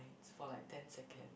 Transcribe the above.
for like ten seconds